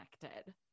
connected